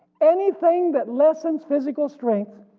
anything that lessens physical strength,